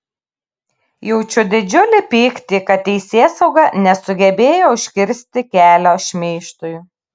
jaučiu didžiulį pyktį kad teisėsauga nesugebėjo užkirsti kelio šmeižtui